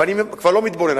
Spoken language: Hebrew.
ואני כבר לא מתבונן,